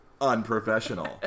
unprofessional